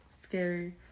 scary